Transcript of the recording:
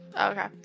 okay